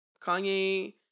Kanye